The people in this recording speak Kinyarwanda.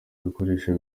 ibikoresho